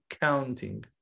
counting